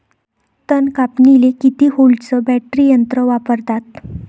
तन कापनीले किती व्होल्टचं बॅटरी यंत्र वापरतात?